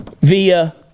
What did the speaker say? via